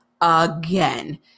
again